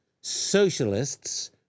Socialists